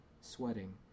sweating